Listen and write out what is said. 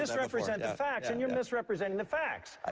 misrepresent the facts, and you're misrepresenting the facts.